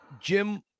Jim